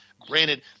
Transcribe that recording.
Granted